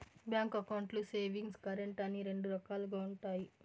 bank అకౌంట్లు savings, current అని రెండు రకాలుగా ఉంటాయి